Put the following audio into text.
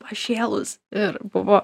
pašėlus ir buvo